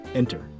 enter